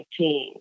2019